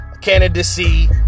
candidacy